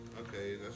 Okay